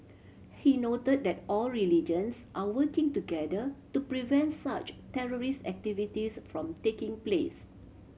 he noted that all religions are working together to prevent such terrorist activities from taking place